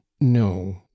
no